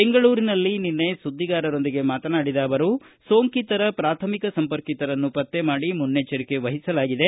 ಬೆಂಗಳೂರಿನಲ್ಲಿ ನಿನ್ನೆ ಸುದ್ದಿಗಾರರೊಂದಿಗೆ ಮಾತನಾಡಿದ ಅವರು ಸೋಂಕಿತರ ಪ್ರಾಥಮಿಕ ಸಂಪರ್ಕಿತರನ್ನು ಪತ್ತೆ ಮಾಡಿ ಮುನ್ನೆಚ್ಛರಿಕೆ ವಹಿಸಲಾಗಿದೆ